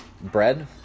bread